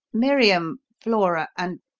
miriam, flora, and.